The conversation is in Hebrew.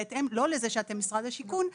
בהתאם לא לזה שאתם משרד השיכון,